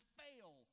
fail